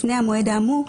לפני המועד האמור,